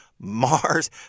Mars